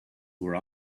were